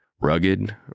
Rugged